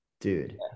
dude